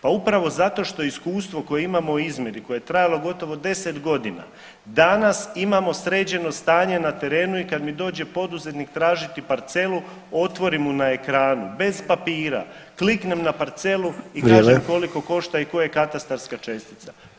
Pa upravo zato što iskustvo koje imamo o izmjeri koje je trajalo gotovo 10.g., danas imamo sređeno stanje na terenu i kad mi dođe poduzetnik tražiti parcelu otvorim mu na ekranu bez papira, kliknem na parcelu i kažem koliko košta i koja je katastarska čestica.